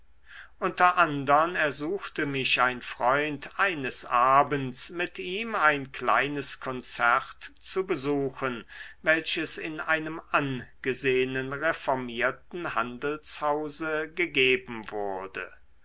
unter andern ersuchte mich ein freund eines abends mit ihm ein kleines konzert zu besuchen welches in einem angesehnen reformierten handelshause gegeben wurde